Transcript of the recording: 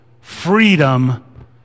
freedom